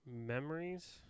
Memories